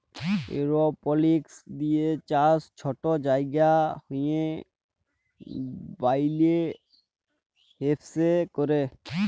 এরওপলিক্স দিঁয়ে চাষ ছট জায়গায় হ্যয় ব্যইলে ইস্পেসে ক্যরে